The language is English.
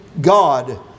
God